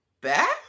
back